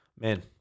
man